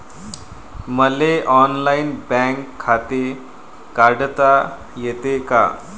मले online bank खाते काढता येते का?